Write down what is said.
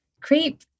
Creep